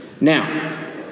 Now